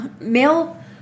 male